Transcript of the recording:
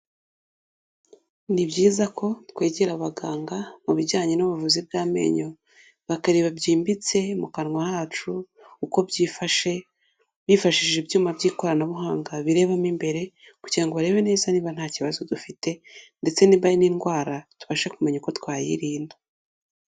Ni byiza ko twegera abaganga mu bijyanye n'ubuvuzi bw'amenyo, bakareba byimbitse mu kanwa hacu uko byifashe, bifashishije ibyuma by'ikoranabuhanga birebamo imbere kugira ngo barebe neza niba nta kibazo dufite ndetse n'indwara, tubashe kumenya uko twayirinda.